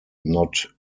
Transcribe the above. not